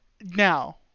Now